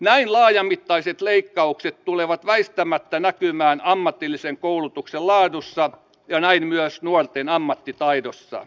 näin laajamittaiset leikkaukset tulevat väistämättä näkymään ammatillisen koulutuksen laadussa ja näin myös nuorten ammattitaidossa